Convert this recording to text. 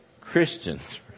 Christians